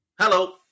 Hello